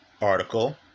article